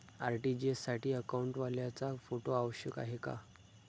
RTGS साठी अकाउंटवाल्याचा photo आवश्यक आहे का?